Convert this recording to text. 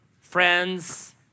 friends